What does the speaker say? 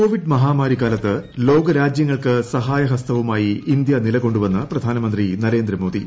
Covid മഹാമാരിക്കാലത്ത് ലോക രാജ്യങ്ങൾക്ക് സഹായഹസ്തവുമായി ഇന്ത്യ നില കൊണ്ടുവെന്ന് പ്രധാനമന്ത്രി നരേന്ദ്ര മോദി